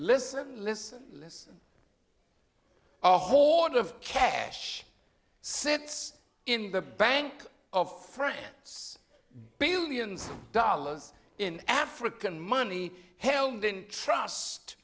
listen listen listen hold of cash sits in the bank of france billions of dollars in african money held in trust